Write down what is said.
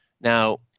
Now